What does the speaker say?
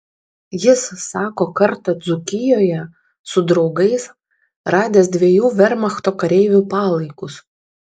jis sako kartą dzūkijoje su draugais radęs dviejų vermachto kareivių palaikus